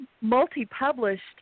multi-published